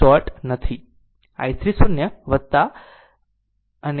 તે શોર્ટ છે અહીં કંઈ જ શોર્ટ નથી